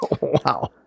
Wow